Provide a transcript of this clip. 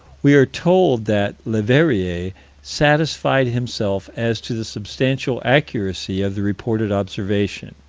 we are told that leverrier satisfied himself as to the substantial accuracy of the reported observation.